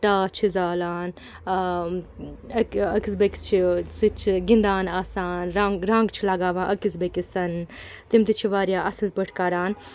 ٹاس چھِ زالان أکِس بیٚیِس سٍتۍ چھِ گِنٛدان آسان رَنٛگ رَنٛگ چھِ لَگاوان أکِس بیٚیِس تِم تہِ چھِ واریاہ اَصٕل پٲٹھۍ کَران